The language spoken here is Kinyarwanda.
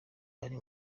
ari